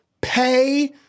pay